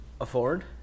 afford